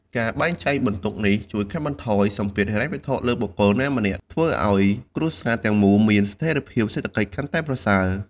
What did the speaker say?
ការបែងចែកបន្ទុកនេះជួយកាត់បន្ថយសម្ពាធហិរញ្ញវត្ថុលើបុគ្គលណាម្នាក់ ធ្វើឲ្យគ្រួសារទាំងមូលមានស្ថិរភាពសេដ្ឋកិច្ចកាន់តែប្រសើរ។